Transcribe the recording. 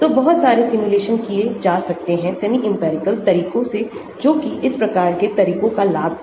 तोबहुत सारे सिमुलेशन किए जा सकते हैंसेमीइंपिरिकल तरीकों से जोकि इस प्रकार के तरीकों का लाभ है